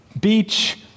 beach